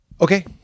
Okay